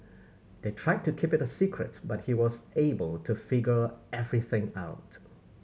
they tried to keep it a secret but he was able to figure everything out